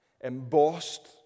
embossed